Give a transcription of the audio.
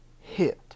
hit